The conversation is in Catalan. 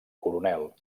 coronel